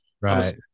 Right